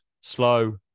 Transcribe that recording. slow